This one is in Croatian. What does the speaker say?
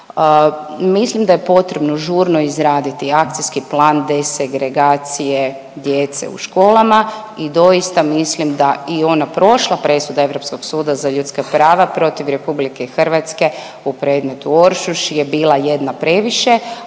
Mislim da je potrebno žurno izraditi akcijski plan desegregacije djece u školama i doista mislim da i ona prošla presuda Europskog suda za ljudska prava protiv RH u predmetu Oršuš je bila jedna previše,